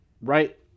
right